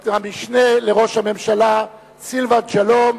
את המשנה לראש הממשלה סילבן שלום,